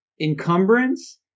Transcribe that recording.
encumbrance